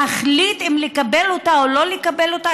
להחליט אם לקבל אותה או לא לקבל אותה?